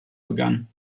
begann